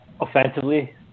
offensively